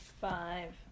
Five